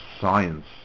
science